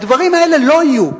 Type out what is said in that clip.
הדברים האלה לא יהיו.